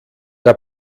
der